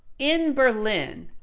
in berlin,